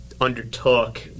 undertook